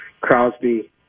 Crosby